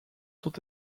sont